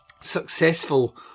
successful